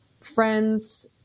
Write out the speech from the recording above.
friends